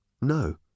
No